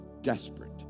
desperate